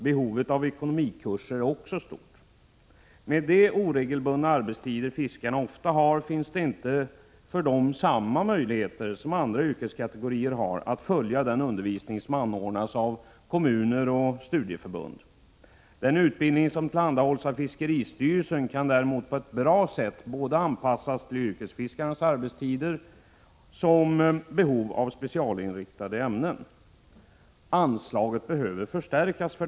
Behovet av ekonomikurser är också stort. Med de oregelbundna arbetstider fiskarna ofta har finns det för dem inte samma möjligheter som för andra yrkeskategorier att följa den undervisning som anordnas av kommuner och studieförbund. Den utbildning som tillhandahålls av fiskeristyrelsen kan däremot på ett bra sätt anpassas både till yrkesfiskarnas arbetstider och till behovet av specialinriktade ämnen. Anslaget för detta behöver förstärkas.